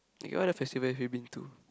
Okay what other festival have you been to